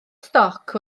stoc